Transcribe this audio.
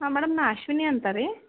ಹಾಂ ಮೇಡಮ್ ನಾ ಅಶ್ವಿನಿ ಅಂತ ರೀ